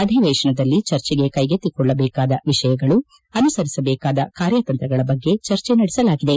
ಅಧಿವೇಶನದಲ್ಲಿ ಚರ್ಚೆಗೆ ಕೈಗೆತ್ತಿಕೊಳ್ಳಬೇಕಾದ ವಿಷಯಗಳು ಅನುಸರಿಸಬೇಕಾದ ಕಾರ್ಯತಂತ್ರಗಳ ಬಗ್ಗೆ ಚರ್ಚೆ ನಡೆಸಲಾಗಿದೆ